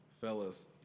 fellas